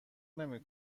نمی